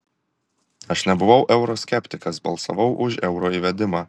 aš nebuvau euro skeptikas balsavau už euro įvedimą